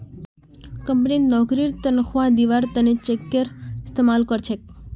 company नौकरीर तन्ख्वाह दिबार त न चेकेर इस्तमाल कर छेक